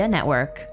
Network